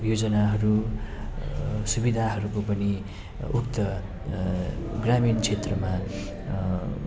योजनाहरू सुविधाहरूको पनि उक्त ग्रामीण क्षेत्रमा